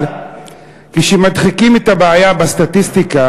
אבל כשמדחיקים את הבעיה בסטטיסטיקה,